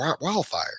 wildfire